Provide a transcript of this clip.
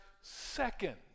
second